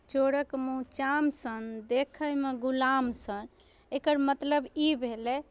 चोरक मूँह चान सन देखयमे गुलाम सन एकर मतलब ई भेलै